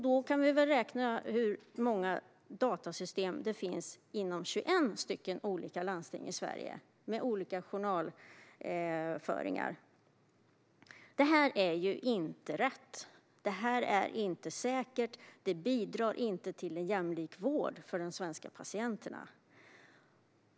Då kan vi räkna ut hur många datasystem det finns i 21 olika landsting i Sverige, med olika journalföringar. Detta är inte rätt. Det är inte säkert, och det bidrar inte till en jämlik vård för de svenska patienterna.